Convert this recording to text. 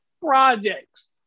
projects